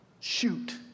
Shoot